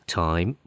time